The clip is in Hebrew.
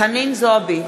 חנין זועבי,